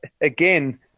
again